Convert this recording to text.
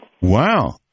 Wow